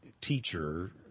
teacher